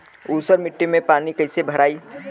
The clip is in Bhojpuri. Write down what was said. ऊसर मिट्टी में पानी कईसे भराई?